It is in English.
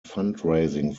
fundraising